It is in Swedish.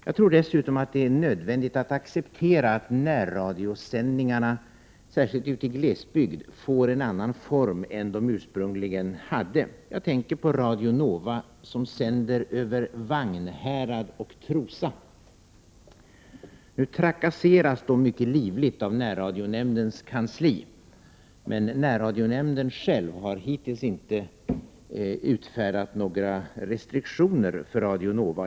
Jag tror dessutom att det är nödvändigt att acceptera att närradiosändningarna, särskilt ute i glesbygd, får en annan form än de ursprungliga hade. Jag tänker på radio Nova som sänder över Vagnhärad och Trosa. Nu trakasseras man mycket livligt av närradionämndens kansli. Men själva närradionämnden har hittills inte utfärdat några restriktioner för radio Nova.